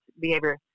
behavior